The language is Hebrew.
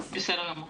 בסדר גמור.